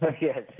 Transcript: yes